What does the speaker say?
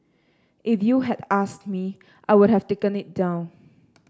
if you had asked me I would have taken it down